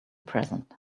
present